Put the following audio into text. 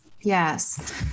yes